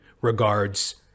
regards